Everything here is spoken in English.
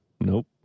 Nope